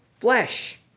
flesh